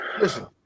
Listen